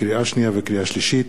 לקריאה שנייה ולקריאה שלישית,